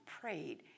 prayed